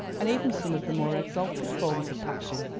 and even some of the more exalted forms of passion,